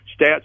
stats